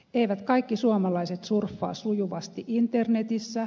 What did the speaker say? eivät kaikki suomalaiset surffaa sujuvasti internetissä